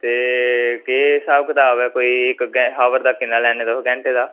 ते केह् स्हाब कताब ऐ कोई इक गै हावर दा किन्ना लैन्ने तुस घैंटे दा